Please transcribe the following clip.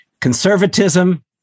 Conservatism